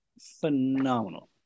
phenomenal